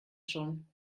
schon